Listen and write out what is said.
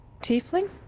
tiefling